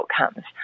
outcomes